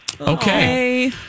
Okay